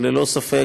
ללא ספק,